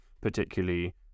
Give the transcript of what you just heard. particularly